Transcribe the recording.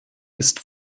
ist